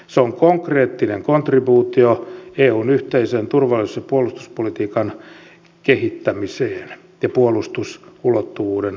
se on konkreettinen kontribuutio eun yhteisen turvallisuus ja puolustuspolitiikan kehittämiseen ja puolustusulottuvuuden vahvistamiseen